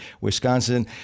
Wisconsin